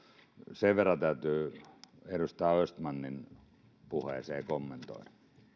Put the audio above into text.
sen verran täytyy edustaja östmanin puheeseen kommentoida